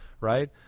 right